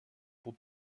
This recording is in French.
pour